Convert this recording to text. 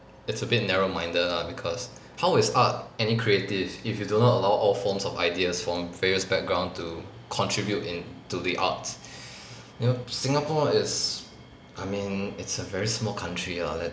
it's a bit narrow minded lah because how is art any creative if you do not allow all forms of ideas from various background to contribute in to the arts you know singapore is I mean it's a very small country lah let's